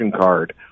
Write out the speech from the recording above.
card